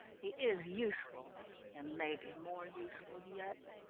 he is useful and may be more useful yet.